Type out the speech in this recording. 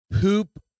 poop